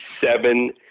seven